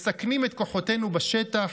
מסכנים את כוחותינו בשטח,